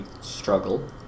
struggle